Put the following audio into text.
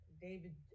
david